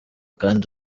kandi